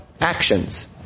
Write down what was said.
Actions